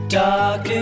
dark